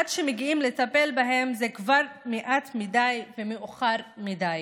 עד שמגיעים לטפל בהם, זה כבר מעט מדי ומאוחר מדי.